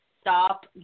stop